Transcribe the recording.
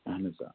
اَہَن حظ آ